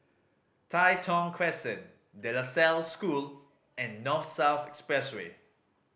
Tai Thong Crescent De La Salle School and North South Expressway